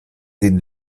den